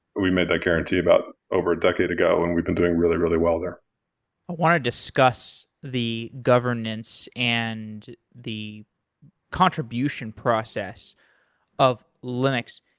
we made that guarantee about over a decade ago when we've been doing really really well there. i want to discuss the governance and the contribution process of linux.